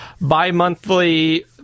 bi-monthly